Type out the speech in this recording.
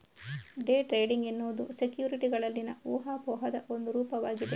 day trading ಎನ್ನುವುದು ಸೆಕ್ಯುರಿಟಿಗಳಲ್ಲಿನ ಊಹಾಪೋಹದ ಒಂದು ರೂಪವಾಗಿದೆ